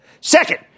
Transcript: Second